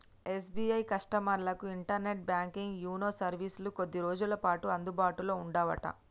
SBI కస్టమర్లకు internet banking YONO సర్వీసులు కొద్ది రోజులపాటు అందుబాటులో ఉండవట